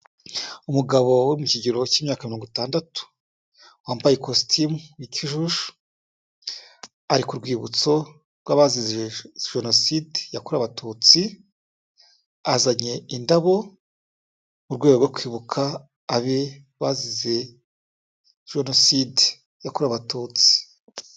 Umugabo wo mu kigero cy'imyaka mirongo itandatu, wambaye ikositimu y'ikijuju ari ku rwibutso rw'abazize jenoside yakorewe Abatutsi, azanye indabo mu rwego rwo kwibuka abe bazize jenoside yakorewe Abatutsi.